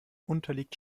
unterliegt